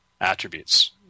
attributes